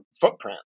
footprint